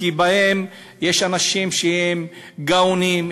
כי ביניהם יש אנשים שהם גאונים,